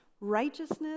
Righteousness